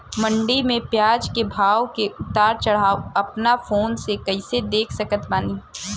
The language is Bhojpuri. मंडी मे प्याज के भाव के उतार चढ़ाव अपना फोन से कइसे देख सकत बानी?